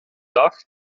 dach